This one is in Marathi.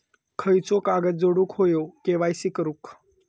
खयचो कागद जोडुक होयो के.वाय.सी करूक?